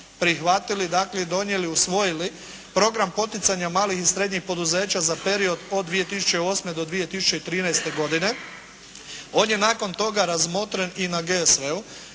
prihvatili dakle i donijeli i usvojili Program poticanja malih i srednjih poduzeća za period od 2008. do 2013. godine. On je nakon toga razmotren i na GSV-u